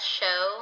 show